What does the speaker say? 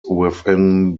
within